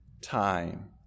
time